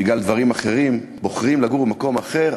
בגלל דברים אחרים, בוחרים לגור במקום אחר,